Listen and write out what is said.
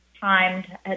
timed